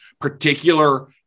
particular